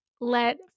let